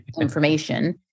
information